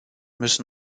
müssen